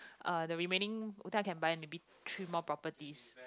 uh the remaining can buy maybe three more properties